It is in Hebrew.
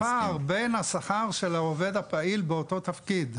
ואז הפער בין השכר של העובד הפעיל באותו התפקיד,